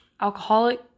alcoholic